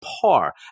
par